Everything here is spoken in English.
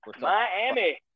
Miami